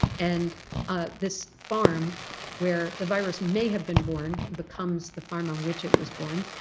and ah this farm where the virus may have been born becomes the farm on which it was born